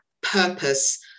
purpose